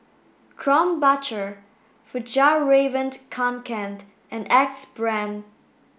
Krombacher Fjallraven Kanken and Axe Brand